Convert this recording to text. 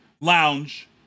Lounge